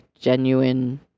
genuine